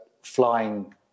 flying